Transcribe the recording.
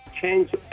change